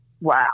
wow